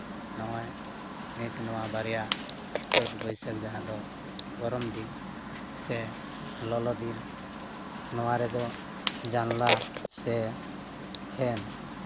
ᱱᱚᱜᱼᱚᱭ ᱱᱤᱛ ᱱᱚᱣᱟ ᱵᱟᱨᱭᱟ ᱪᱟᱹᱛ ᱵᱟᱹᱭᱥᱟᱹᱠᱷ ᱡᱟᱦᱟᱸ ᱫᱚ ᱜᱚᱨᱚᱢ ᱫᱤᱱ ᱥᱮ ᱞᱚᱞᱚ ᱫᱤᱱ ᱱᱚᱣᱟ ᱨᱮᱫᱚ ᱡᱟᱱᱞᱟ ᱥᱮ ᱯᱷᱮᱱ